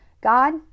God